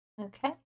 Okay